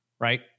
right